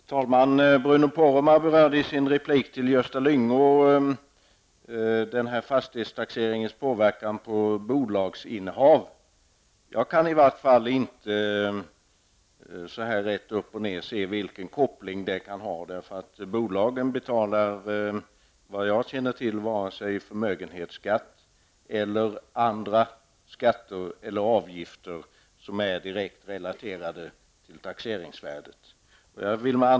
Herr talman! Bruno Poromaa berörde i sin replik till Gösta Lyngå fastighetstaxeringens påverkan på bolagsinnehav. Jag kan i vart fall inte så här rätt upp och ner se vilken koppling det kan ha. Bolagen betalar vad jag känner till varken förmögenhetsskatt eller andra skatter eller avgifter som är direkt relaterade till taxeringsvärdet.